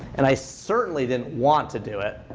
and i certainly didn't want to do it.